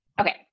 Okay